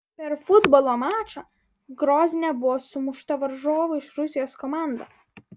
per futbolo mačą grozne buvo sumušta varžovų iš rusijos komanda